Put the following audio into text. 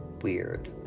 weird